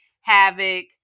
havoc